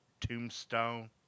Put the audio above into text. Tombstone